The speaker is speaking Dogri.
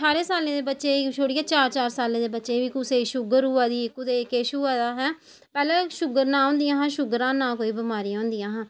ठाह्रें सालें दे बच्चे ई छोड़ियै चार चार सालै दे बच्चे गी कुसै गी शुगर होआ दी कुसै गी किश होआ दा ऐं पैह्लें ना होंदियां हियां शुगरां ते ना बमारियां होंदियां हियां